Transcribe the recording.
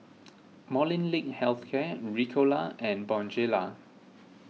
Molnylcke Health Care Ricola and Bonjela